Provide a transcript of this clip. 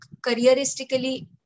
careeristically